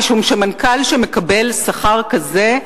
משום שמנכ"ל שמקבל שכר כזה,